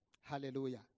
Hallelujah